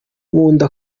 nkunda